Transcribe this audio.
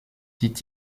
dit